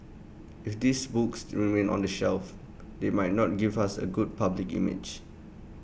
if these books remain on the shelf they might not give us A good public image